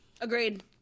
Agreed